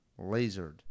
lasered